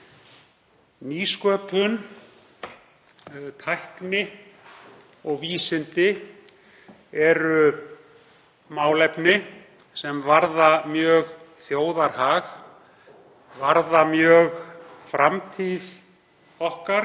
Nýsköpun, tækni og vísindi eru málefni sem varða mjög þjóðarhag, varða mjög framtíð okkar,